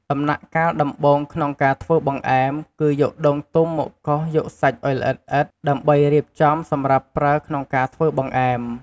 ដំណាក់កាលដំបូងក្នុងការធ្វើបង្អែម គឺយកដូងទុំមកកោសយកសាច់ឱ្យល្អិតៗ ដើម្បីរៀបចំសម្រាប់ប្រើក្នុងការធ្វើបង្អែម។